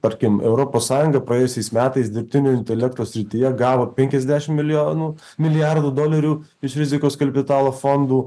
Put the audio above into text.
tarkim europos sąjunga praėjusiais metais dirbtinio intelekto srityje gavo penkiasdešimt milijonų milijardų dolerių iš rizikos kapitalo fondų